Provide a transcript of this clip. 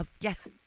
Yes